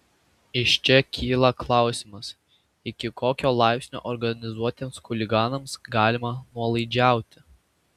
iš čia kyla klausimas iki kokio laipsnio organizuotiems chuliganams galima nuolaidžiauti